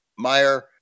Meyer